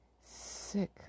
Sick